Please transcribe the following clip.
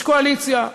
יש קואליציה,